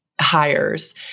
hires